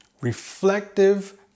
Reflective